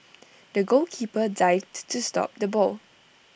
the goalkeeper dived to stop the ball